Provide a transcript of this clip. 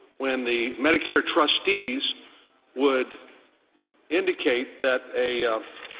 when the medicare trustees would indicate that a